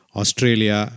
Australia